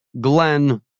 Glenn